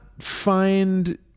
find